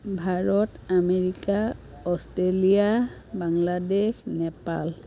Bharat America Australia Bangladesh Nepal